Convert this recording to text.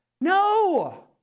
No